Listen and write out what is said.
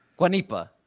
Guanipa